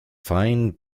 fine